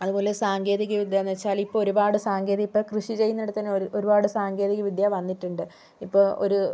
അതുപോലെ സാങ്കേതിക വിദ്യാന്ന് വച്ചാല് ഇപ്പോൾ ഒരുപാട് സാങ്കേതിക ഇപ്പം കൃഷി ചെയ്യുന്നിടത്ത് തന്നെ ഒരുപാട് സാങ്കേതികവിദ്യ വന്നിട്ടുണ്ട് ഇപ്പോൾ ഒരു